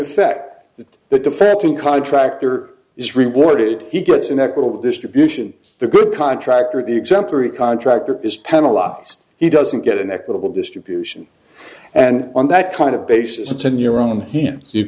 effect that the defecting contractor is rewarded he gets an equitable distribution the good contractor the exemplary contractor is penelas he doesn't get an equitable distribution and on that kind of basis in your own he hands you